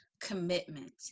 commitment